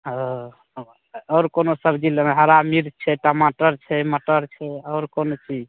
ओ आओर कोनो सबजी लेबै हरा मिर्च छै टमाटर छै मटर छै आओर कोनो चीज